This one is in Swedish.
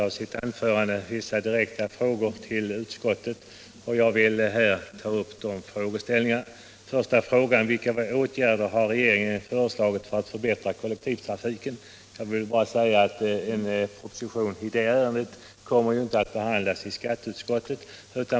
Vilka åtgärder har regeringen föreslagit för att förbättra kollektivtrafiken? Jag vill bara säga att en proposition i det ärendet inte kommer att behandlas i skatteutskottet.